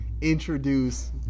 introduce